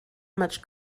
much